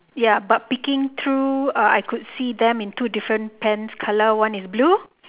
ya but peeking through uh I could see them in two different pants colour one is blue